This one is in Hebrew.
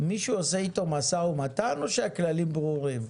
מישהו עושה איתו משא ומתן או שהכללים ברורים?